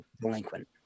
delinquent